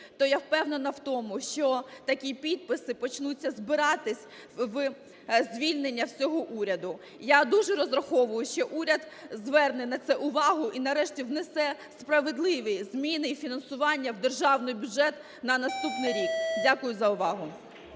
то я впевнена в тому, що такі підписи почнуть збирати у звільнення всього уряду. Я дуже розраховую, що уряд зверне на це увагу і нарешті внесе справедливі зміни у фінансування, в державний бюджет на наступний рік. Дякую за увагу.